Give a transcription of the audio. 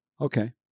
Okay